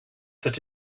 that